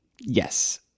Yes